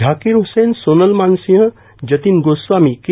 Zakir Hussain Sonal Mansingh Jatin Goswami के